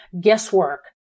guesswork